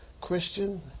Christian